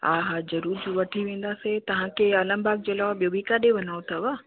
हा हा ज़रूरु वठी वेंदासीं तव्हांखे आलमबाग जे अलावा ॿियो बि काॾे वञिणो अथव